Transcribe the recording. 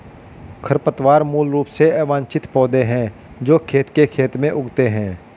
खरपतवार मूल रूप से अवांछित पौधे हैं जो खेत के खेत में उगते हैं